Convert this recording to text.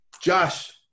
josh